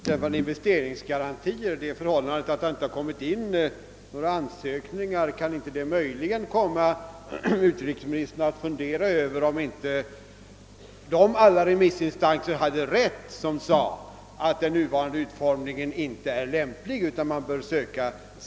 Herr talman! Kan inte det förhållandet att det inte kommit in några ansökningar om investeringsgarantier möjligen få utrikesministern att fundera över huruvida inte alla de remissinstanser hade rätt som sade, att den nuvarande utformningen inte är lämplig?